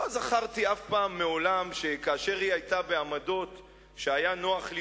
אני לא זכרתי שכאשר היא היתה בעמדות שהיה נוח לה